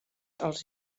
els